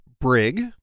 Brig